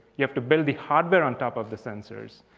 you have to build the hardware on top of the sensors.